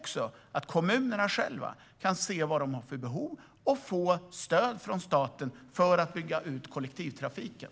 Kommunerna själva kan se vad de har för behov och få stöd från staten för att bygga ut kollektivtrafiken.